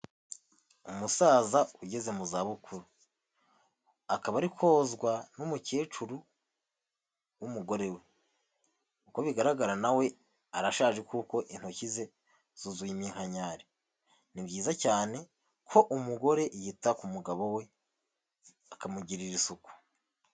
Umusaza ugeze mu zabukuru akaba ari kozwa n'umukecuru w'umugore we, uko bigaragara nawe we arashaje kuko intoki ze zuzuye iminkanyari, ni byiza cyane ko umugore yita ku mugabo we akamugirira isuku.